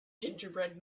gingerbread